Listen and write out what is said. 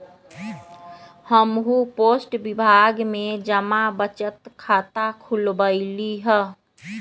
हम्हू पोस्ट विभाग में जमा बचत खता खुलवइली ह